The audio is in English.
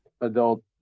adult